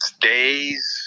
days